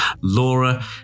Laura